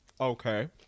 Okay